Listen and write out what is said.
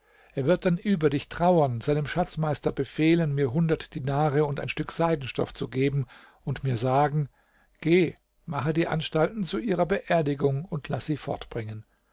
er wird dann über dich trauern seinem schatzmeister befehlen mir hundert dinare und ein stück seidenstoff zu geben und mir sagen geh mache die anstalten zu ihrer beerdigung und laß sie